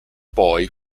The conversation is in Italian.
poi